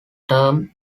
term